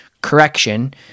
Correction